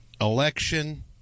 election